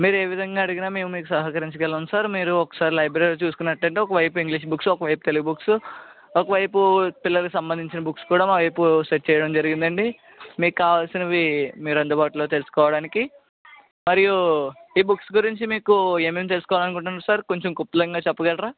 మీరు ఏ విధంగా అడిగినా మేము మీకు సహకరించగలం సార్ మీరు ఒక్కసారి లైబ్రరీ చూసుకున్నట్టైతే ఒక వైపు ఇంగ్లీష్ బుక్స్ ఒక వైపు తెలుగు బుక్సు ఒక వైపు పిల్లలకి సంబంధించిన బుక్స్ కూడా మా వైపు సెట్ చేయడం జరిగిందండి మీకు కావలిసినవి మీ అందుబాటులో తెలుసుకోవడానికి మరియు ఈ బుక్స్ గురించి మీకు ఏమేం తెలుసుకోవాలనుకుంటున్నారు సార్ కొంచెం క్లుప్తంగా చెప్పగలరా